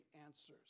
answers